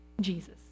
Jesus